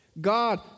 God